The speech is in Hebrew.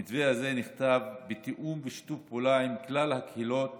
המתווה הזה נכתב בתיאום ובשיתוף פעולה עם כלל הקהילות